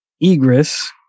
Egress